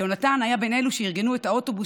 יונתן היה בין אלו שארגנו את האוטובוס